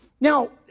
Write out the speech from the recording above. Now